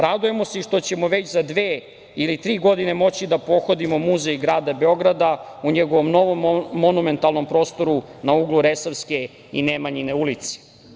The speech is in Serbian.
Radujemo se što ćemo već za dve ili tri godine moći da pohodimo Muzej grada Beograda u njegovom novom monumentalnom prostoru na uglu Resavske i Nemanjine ulice.